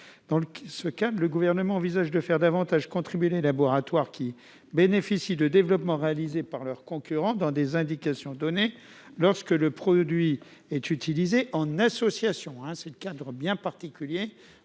cet effet, le Gouvernement envisage de faire davantage contribuer les laboratoires qui bénéficient de développements réalisés par leurs concurrents dans des indications données, lorsque leur produit est utilisé en association. J'y insiste, c'est un cadre bien particulier,